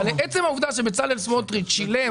אבל עצם העובדה שבצלאל סמוטריץ' שילם